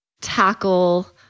tackle